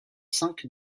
cinq